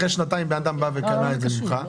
השאלה מה קורה אחרי שנתיים בן אדם בא וקנה את הדירה ממך,